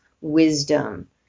wisdom